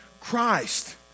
Christ